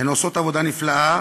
הן עושות עבודה נפלאה,